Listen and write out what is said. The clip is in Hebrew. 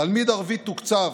תלמיד ערבי תוקצב